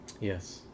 yes